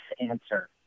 answer